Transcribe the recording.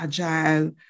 agile